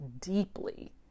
deeply